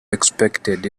expected